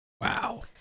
Wow